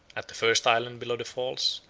at the first island below the falls,